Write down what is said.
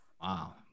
Wow